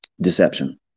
deception